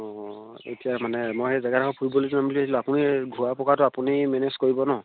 অঁ এতিয়া মানে মই সেই জেগাডোখৰ ফুৰিবলৈ যাম বুলি ভাবিছিলোঁ আপুনি ঘূৰা পকাটো আপুনি মেনেজ কৰিব নহ্